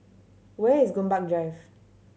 where is Gombak Drive